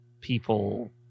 people